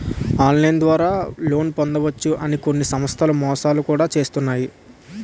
online ద్వారా loan పొందవచ్చు అని కొన్ని సంస్థలు మోసాలు కూడా చేస్తున్నాయి